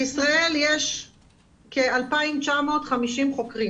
בישראל יש כ-2,950 חוקרים.